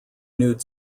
nude